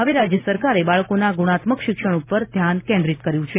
હવે રાજ્ય સરકારે બાળકોના ગુણાત્મક શિક્ષણ પર ધ્યાન કેન્દ્રિત કર્યુ છે